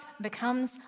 becomes